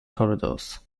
corridors